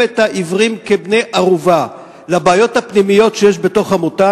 את העיוורים כבני-ערובה של הבעיות הפנימיות שיש בתוך העמותה,